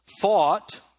fought